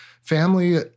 family